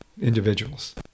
individuals